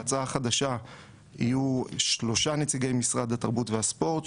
בהצעה החדשה יהיו שלושה נציגי משרד התרבות והספורט,